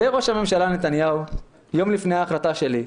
זה ראש הממשלה נתניהו יום לפני ההחלטה שלי.